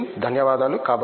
అశ్విన్ ధన్యవాదాలు